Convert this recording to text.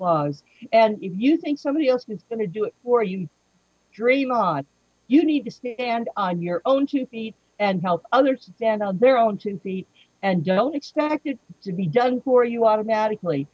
laws and if you think somebody else is going to do it for you dream on you need to stand on your own two feet and help others stand on their own two feet and don't expect it to be done for you automatically